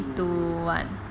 two one